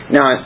Now